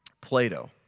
Plato